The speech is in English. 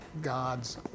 God's